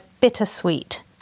bittersweet